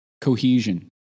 cohesion